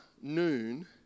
noon